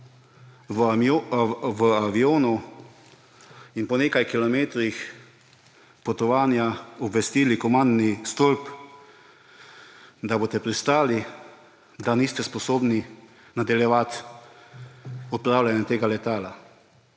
v avionu in po nekaj kilometrih potovanja obvestili komandni stolp, da boste pristali, da niste sposobni nadaljevati upravljanja tega letala.